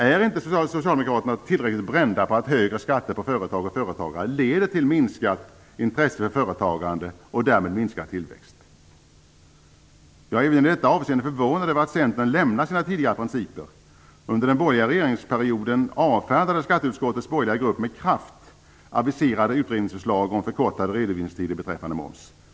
Är inte Socialdemokraterna tillräckligt brända på att högre skatter på företag och företagare leder till minskat intresse för företagande och därmed minskad tillväxt? Jag är även i detta avseende förvånad över att Centern lämnat sina tidigare principer. Under den borgerliga regeringsperioden avfärdade skatteutskottets borgerliga grupp med kraft aviserade utredningsförslag om förkortade redovisningstider beträffande moms.